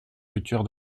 future